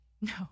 No